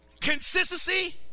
Consistency